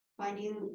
finding